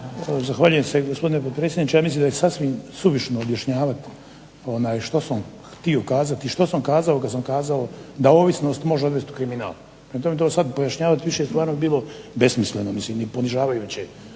Zahvaljujem se gospodine potpredsjedniče. Ja mislim da je sasvim suvišno objašnjavati što sam htio kazati i što sam kazao kad sam kazao da ovisnost može odvesti u kriminal. Prema tome to sad pojašnjavat više stvarno bi bilo besmisleno, mislim i ponižavajuće.